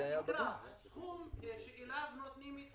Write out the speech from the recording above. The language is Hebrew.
והתקרה הסכום שעד אליו נותנים את